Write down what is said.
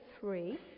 three